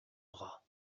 bras